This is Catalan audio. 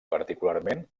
particularment